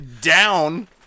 down